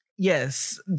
Yes